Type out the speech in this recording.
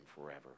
forever